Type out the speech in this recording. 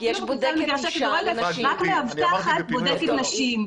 רק מאבטחת בודקת נשים.